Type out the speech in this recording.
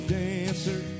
dancer